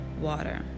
water